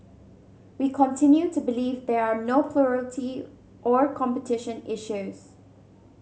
we continue to believe there are no plurality or competition issues